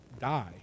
die